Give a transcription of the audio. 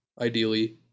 ideally